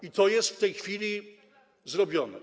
I to jest w tej chwili zrobione.